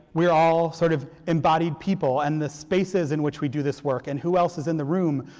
we are all sort of embodied people. and the spaces in which we do this work and who else is in the room,